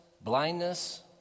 blindness